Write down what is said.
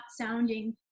sounding